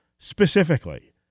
Specifically